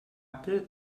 apple